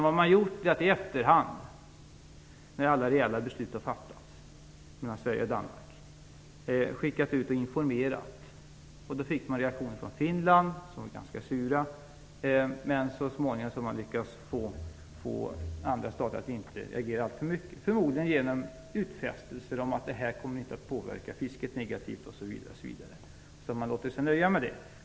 Vad man gjorde var att i efterhand, när alla reella beslut hade fattas mellan Sverige och Danmark, skicka ut information. Då fick man ganska sura reaktioner från Finland. Så småningom har man lyckats få andra stater att inte reagera alltför mycket - förmodligen genom utfästelser om att bron inte kommer att påverka fisket negativt osv. De andra länderna har låtit sig nöja med det.